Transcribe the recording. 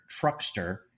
truckster